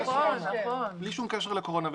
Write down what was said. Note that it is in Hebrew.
בלי שום קשר לקורונה.